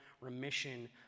remission